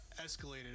escalated